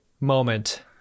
moment